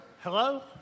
Hello